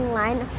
line